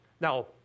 Now